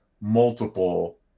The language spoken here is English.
multiple